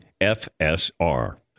FSR